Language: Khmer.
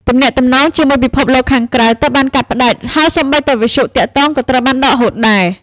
ទំនាក់ទំនងជាមួយពិភពលោកខាងក្រៅត្រូវបានកាត់ផ្ដាច់ ហើយសូម្បីតែវិទ្យុទាក់ទងក៏ត្រូវបានដកហូតដែរ។